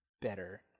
better